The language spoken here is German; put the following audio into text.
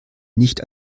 nicht